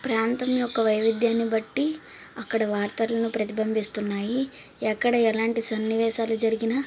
ప్రాంతం యొక్క వైవిద్యాన్ని బట్టి అక్కడ వార్తలను ప్రతిబింబిస్తున్నాయి ఎక్కడ ఎలాంటి సన్నివేశాలు జరిగిన